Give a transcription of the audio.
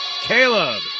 Caleb